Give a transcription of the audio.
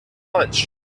punch